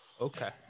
Okay